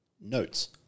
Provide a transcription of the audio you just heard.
notes